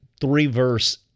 three-verse